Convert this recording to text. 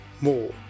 more